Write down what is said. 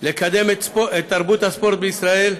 לקדם את תרבות הספורט בישראל,